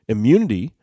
Immunity